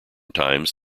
times